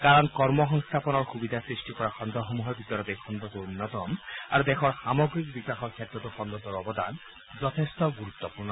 কাৰণ কৰ্ম সংস্থাপনৰ সুবিধা সৃষ্টি কৰা খণ্ডসমূহৰ ভিতৰত এই খণ্ডটো অন্যতম আৰু দেশৰ সামগ্ৰিক বিকাশৰ ক্ষেত্ৰতো খণ্ডটোৰ অৱদান যথেষ্ঠ গুৰুত্বপূৰ্ণ